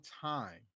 time